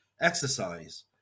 exercise